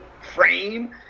frame